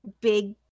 big